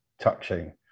touching